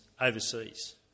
overseas